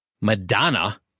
Madonna